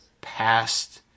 past